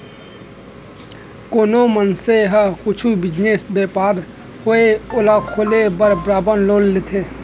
कोनो मनसे ह कुछु बिजनेस, बयपार होवय ओला खोले बर बरोबर लोन लेथे